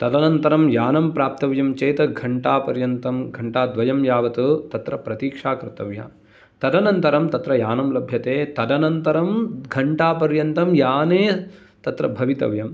तदनन्तरं यानं प्राप्तव्यं चेत् घण्टापर्यन्तं घण्टाद्वयं यावत् तत्र प्रतीक्षा कर्तव्या तदनन्तरं तत्र यानं लभ्यते तदनन्तरं घण्टापर्यन्तं याने तत्र भवितव्यम्